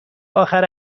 آخر